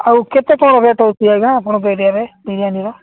ଆଉ କେତେ କ'ଣ ରେଟ୍ ଅଛି ଆଜ୍ଞା ଆପଣଙ୍କ ଏରିଆରେ ବିରିୟାନିର